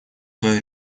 свое